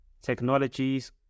technologies